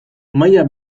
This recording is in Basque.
maila